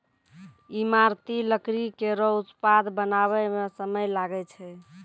ईमारती लकड़ी केरो उत्पाद बनावै म समय लागै छै